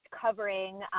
covering